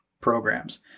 programs